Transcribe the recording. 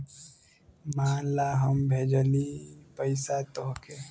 मान ला हम भेजली पइसा तोह्के